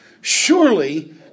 surely